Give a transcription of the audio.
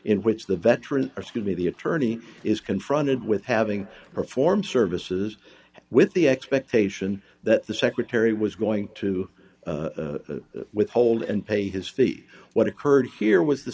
in which the veteran could be the attorney is confronted with having performed services with the expectation that the secretary was going to withhold and pay his fee what occurred here was the